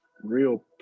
Real